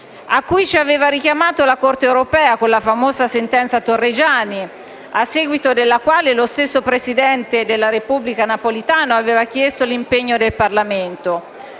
a cui ci aveva richiamato la Corte europea con la famosa sentenza Torreggiani, a seguito della quale lo stesso presidente della Repubblica, Napolitano, aveva chiesto l'impegno del Parlamento.